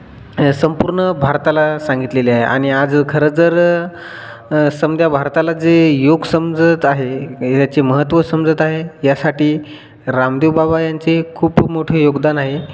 संपूर्ण भारताला सांगितलेले आहे आणि आज खरं जर समद्या भारताला जे योग समजत आहे याचे महत्त्व समजत आहे यासाठी रामदेव बाबा यांचे खूप मोठे योगदान आहे